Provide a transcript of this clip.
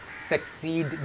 succeed